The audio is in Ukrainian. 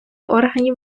органів